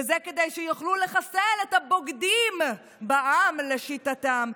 וזה כדי שיוכלו לחסל את הבוגדים בעם, לשיטתם,